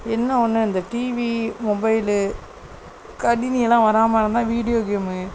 என்ன ஒன்று இந்த டிவி மொபைலு கணினி எல்லாம் வராமல் இருந்தால் வீடியோ கேமு